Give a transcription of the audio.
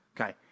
Okay